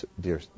dear